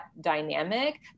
dynamic